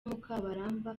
mukabaramba